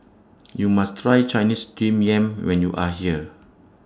YOU must Try Chinese Steamed Yam when YOU Are here